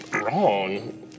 Wrong